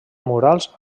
murals